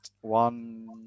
one